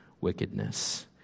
wickedness